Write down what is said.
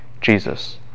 Jesus